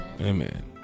Amen